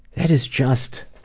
that is just.